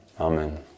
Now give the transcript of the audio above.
Amen